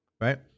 Right